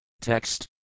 Text